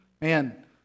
Man